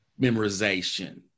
memorization